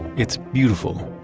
it's beautiful.